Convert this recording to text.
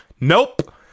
Nope